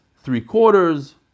three-quarters